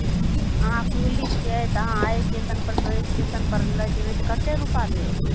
अहाँ कुली छियै तऽ एहि स्टेशन परसँ ओहि स्टेशन पर ले जयबै तऽ कतेक रूपा लेब